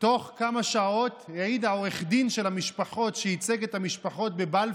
תוקם שם התיישבות במסווה של ישיבת הסדר